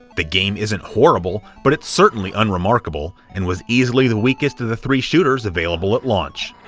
the game isn't horrible, but it's certainly unremarkable, and was easily the weakest of the three shooters available at launch.